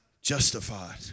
justified